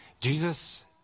Jesus